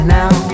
now